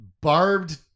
barbed